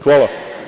Hvala.